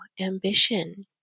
ambition